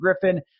Griffin